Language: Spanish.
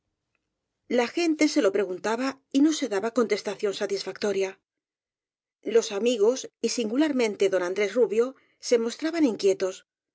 la gente se lo preguntaba y no se daba contes tación satisfactoria los amigos y singularmente don andrés rubio se mostraban inquietos